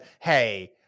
hey